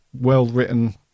well-written